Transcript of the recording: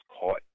caught